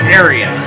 area